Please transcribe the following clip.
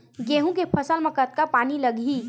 गेहूं के फसल म कतका पानी लगही?